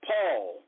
Paul